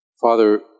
Father